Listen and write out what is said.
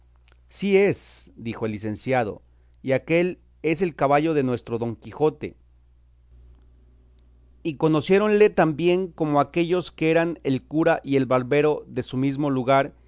sí es dijo el licenciado y aquél es el caballo de nuestro don quijote y conociéronle tan bien como aquellos que eran el cura y el barbero de su mismo lugar